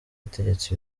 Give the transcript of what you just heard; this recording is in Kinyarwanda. yategetse